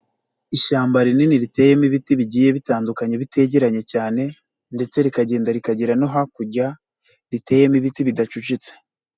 Ishyamba rinini riteyemo ibiti bigiye bitandukanye bitegeranye cyane ndetse rikagenda rikagera no hakurya, riteyemo ibiti bidacucitse.